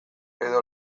edo